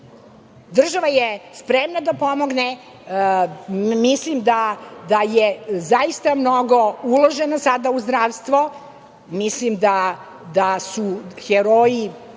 Država je spremna da pomogne. Mislim da je zaista mnogo uloženo sada u zdravstvo, mislim da su heroji